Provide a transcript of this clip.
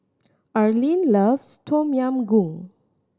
Arlyn loves Tom Yam Goong